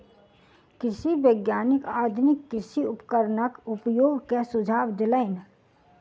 कृषि वैज्ञानिक आधुनिक कृषि उपकरणक उपयोग के सुझाव देलैन